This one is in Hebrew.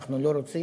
שאנחנו לא רוצים,